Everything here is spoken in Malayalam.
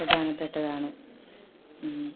പ്രധാനപ്പെട്ടതാണ്